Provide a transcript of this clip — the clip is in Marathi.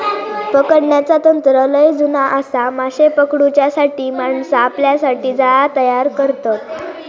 पकडण्याचा तंत्र लय जुना आसा, माशे पकडूच्यासाठी माणसा आपल्यासाठी जाळा तयार करतत